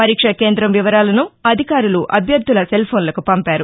పరీక్షా కేంద్రం వివరాలను అధికారులు అభ్యర్దల సెల్ఫోన్లకు పంపారు